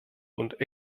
und